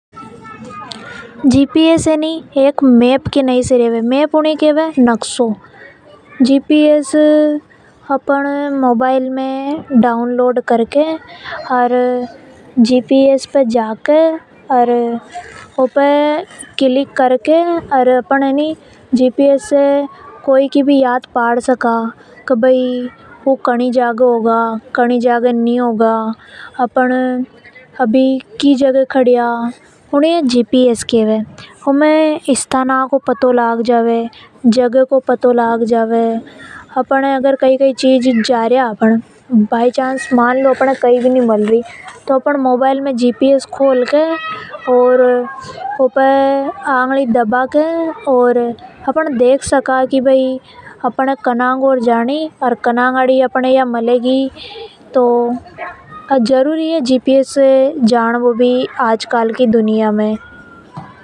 जीपीएस एनी एक मेंप के नई से रेवे मेंप ऊनी ये केव नक्शों। जीपीएस ऐप अपन मोबाइल में डाउनलोड करके ओर जीपीएस पे जाके। ओर ऊ पे क्लिक करके अपन जीपीएस से कोई को भी पता लगा सका। अपन की जगह कड़ियां की जगह है कई कर रिया सब को जीपीएस द्वारा पथों लगा सका। इने ही जीपीएस केव है। इसे अपन ये जगह को ओर बाईचांस अपन कई जा रिया और अपन ये व जगह नि मिल री तो एके द्वारा अपन ढूंढ सका यो ही काम रेवे जीपीएस को।